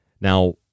Now